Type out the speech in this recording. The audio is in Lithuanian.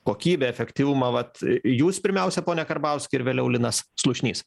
kokybę efektyvumą vat jūs pirmiausia pone karbauski ir vėliau linas slušnys